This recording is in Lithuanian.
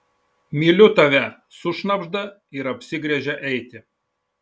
myliu tave sušnabžda ir apsigręžia eiti